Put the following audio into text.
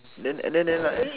then and then then like